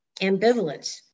ambivalence